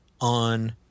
on